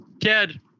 Ted